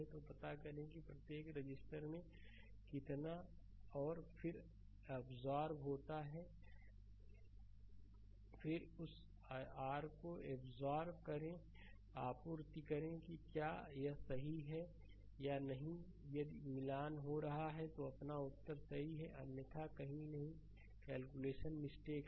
तो पता करें कि प्रत्येक रजिस्टर में कितना और फिर अबजॉरब होता है फिर उस r को अबजॉरब करें आपूर्ति करें कि क्या यह सही है या नहीं यदि मिलान हो रहा है तो अपना उत्तर सही है अन्यथा कहीं न कहीं कैलकुलेशन मिस्टेक है